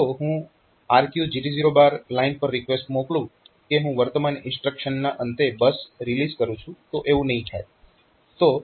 તો જો હું RQGT0 લાઇન પર રિકવેસ્ટ મોકલું કે હું વર્તમાન ઇન્સ્ટ્રક્શનના અંતે બસ રિલીઝ કરું છું તો એવું નહિ થાય